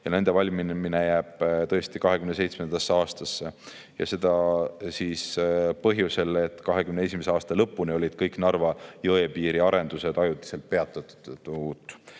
Nende valmimine jääb tõesti 2027. aastasse ja seda põhjusel, et 2021. aasta lõpuni olid kõik Narva jõepiiri arendused ajutiselt peatatud.